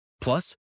Plus